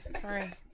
Sorry